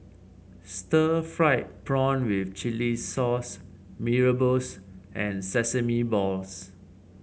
Stir Fried Prawn with Chili Sauce Mee Rebus and Sesame Balls